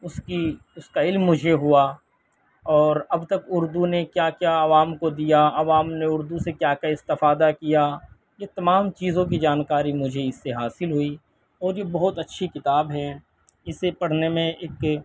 اس کی اس کا علم مجھے ہوا اور اب تک اردو نے کیا کیا عوام کو دیا عوام نے اردو سے کیا کیا استفادہ کیا یہ تمام چیزوں کی جانکاری مجھے اس سے حاصل ہوئی اور یہ بہت اچّھی کتاب ہے اسے پڑھنے میں ایک